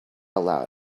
allowed